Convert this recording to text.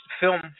film